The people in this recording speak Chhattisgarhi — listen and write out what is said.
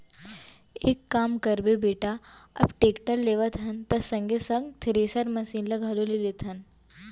एक काम करबे बेटा अब टेक्टर लेवत हन त संगे संग थेरेसर मसीन ल घलौ ले लेथन